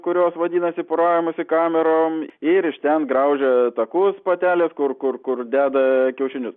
kurios vadinasi poravimosi kamerom ir iš ten graužia takus patelės kur kur kur deda kiaušinius